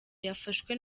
yafashwe